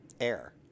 air